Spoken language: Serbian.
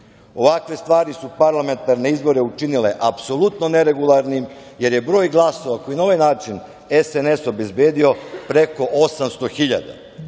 ovakve stvari su parlamentarne izbore učinile apsolutno neregularnim jer je broj glasova koji je na ovaj način SNS obezbedio preko 800.000,